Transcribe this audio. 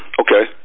Okay